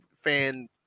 fan